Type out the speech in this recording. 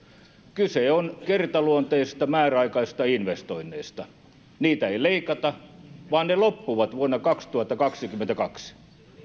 kyse on kertaluonteisista määräaikaisista investoinneista niitä ei leikata vaan ne loppuvat vuonna kaksituhattakaksikymmentäkaksi